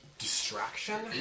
Distraction